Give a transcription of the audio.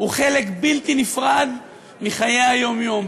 הוא חלק בלתי נפרד מחיי היום-יום,